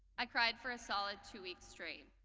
i cried for a solid two weeks straight.